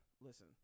listen